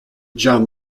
john